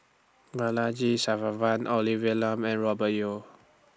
Balaji Olivia Lum and Robert Yeo